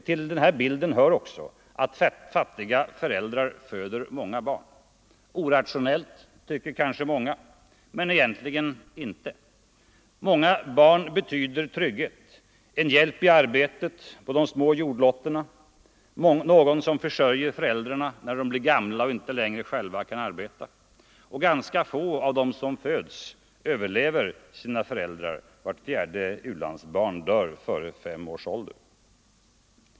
Till bilden hör också att fattiga föräldrar föder många barn. Orationellt, tycker kanske någon, men egentligen inte: många barn betyder trygghet, en hjälp i arbetet på de små jordlotterna, någon som försörjer föräldrarna när de blir gamla och inte längre själva kan arbeta. Ganska få av dem som föds överlever sina föräldrar. Vart fjärde u-landsbarn dör före fem års ålder.